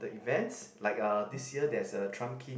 the events like uh this year there's a Trump Kim